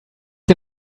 den